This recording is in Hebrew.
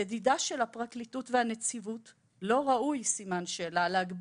לדידה של הפרקליטות והנציבות לא ראוי להגביל